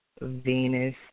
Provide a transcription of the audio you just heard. Venus